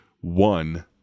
one